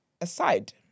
aside